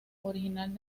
original